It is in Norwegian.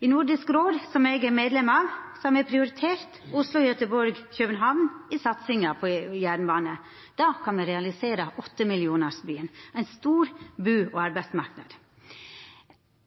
I Nordisk råd, som eg er medlem av, har me prioritert Oslo–Göteborg–København i satsinga på jernbane. Då kan me realisera 8-millionarsbyen – ein stor bu- og arbeidsmarknad.